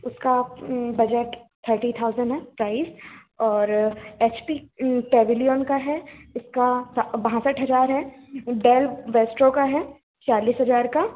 उसका budget thirty thousand है price और एचपी पैविलियन का है इसका बासठ हज़ार है डैल वोस्टरो है चालीस हज़ार का